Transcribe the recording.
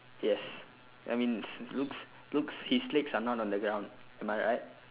yes I mean looks looks his legs are not on the ground am I right